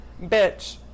bitch